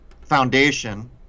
foundation